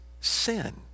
sin